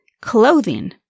clothing